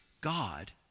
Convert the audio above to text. God